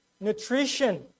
nutrition